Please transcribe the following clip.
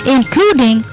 Including